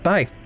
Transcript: Bye